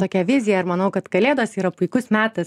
tokią viziją ir manau kad kalėdos yra puikus metas